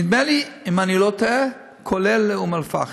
נדמה לי, אם אני לא טועה, כולל אום-אלפחם.